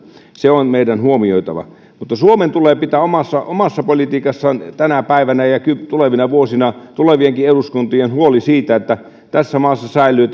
se on meidän huomioitava mutta suomen tulee pitää omassa omassa politiikassaan tänä päivänä ja ja tulevina vuosina tulevienkin eduskuntien huoli siitä että tässä maassa säilyy